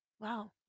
Wow